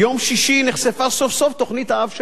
ביום שישי נחשפה סוף-סוף תוכנית האב שלה.